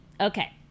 Okay